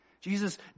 Jesus